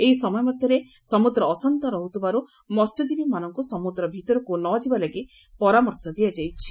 ଏହି ସମୟରେ ସମୁଦ୍ର ଅଶାନ୍ତ ରହୁଥିବାରୁ ମହ୍ୟଜୀବୀମାନଙ୍ଙୁ ସମୁଦ୍ର ଭିତରକୁ ନ ଯିବା ପାଇଁ ପରାମର୍ଶ ଦିଆଯାଇଛି